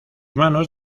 manos